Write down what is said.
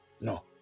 No